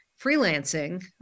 freelancing